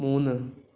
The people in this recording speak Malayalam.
മൂന്ന്